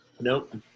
Nope